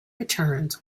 returns